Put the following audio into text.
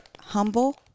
humble